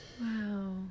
wow